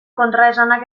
kontraesanak